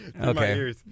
Okay